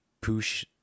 push